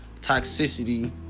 toxicity